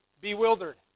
Bewildered